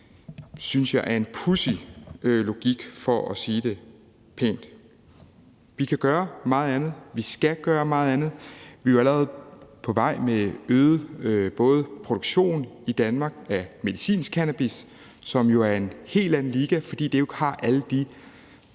synes jeg er – for at sige det pænt – en pudsig logik. Vi kan gøre meget andet; vi skal gøre meget andet. Vi er allerede på vej med øget produktion i Danmark af medicinsk cannabis, som jo er i en helt anden liga, fordi det ikke har alle de